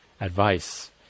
advice